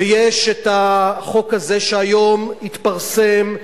ויש החוק הזה שהיום התפרסם,